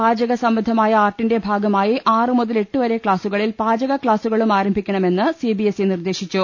പാചകസംബ ന്ധമായ ആർട്ടിന്റെ ഭാഗമായി ആറു മുതൽ എട്ടുവരെ ക്സാസുക ളിൽ പാചക ക്ലാസുകളും ആരംഭിക്കണമെന്ന് സിബിഎസ്ഇ നിർദേശിച്ചു